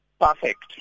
perfect